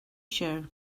show